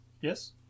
Yes